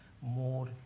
more